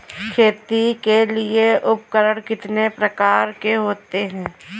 खेती के लिए उपकरण कितने प्रकार के होते हैं?